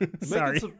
sorry